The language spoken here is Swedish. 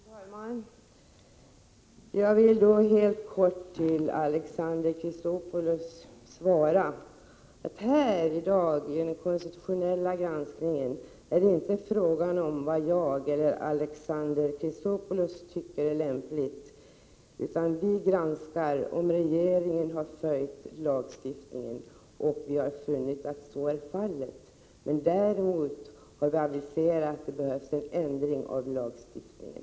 Fru talman! Jag vill helt kort till Alexander Chrisopoulos svara att här, i dag, i den konstitutionella granskningen, är det inte fråga om vad jag eller Alexander Chrisopoulos tycker är lämpligt, utan vi granskar om regeringen har följt lagstiftningen, och vi har funnit att så är fallet. Däremot har vi aviserat att det behövs en ändring av lagstiftningen.